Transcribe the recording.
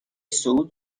صعود